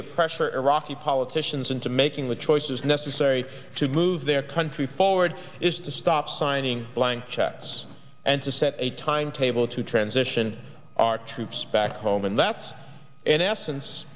to pressure iraqi politicians into making the choices necessary to move their country forward is to stop signing blank checks and to set a timetable to transition our troops back home and that's in essence